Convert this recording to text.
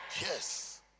yes